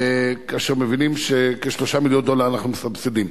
ומבינים שכ-3 מיליארדי דולרים אנחנו מסבסדים.